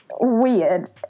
weird